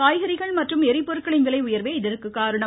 காய்கறிகள் மற்றும் எரிபொருட்களின் விலை உயர்வே இதற்கு காரணம்